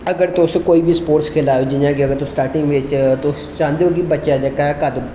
अगर तुस कोई बी स्पोर्ट्स खेला दे ओह् जि'यां कि स्टार्टिंग बिच्च तुस चाहंदे हो कि बच्चा जेहका ऐ कद